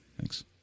Thanks